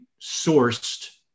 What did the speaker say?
sourced